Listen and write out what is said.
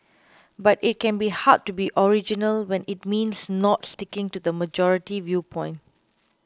but it can be hard to be original when it means not sticking to the majority viewpoint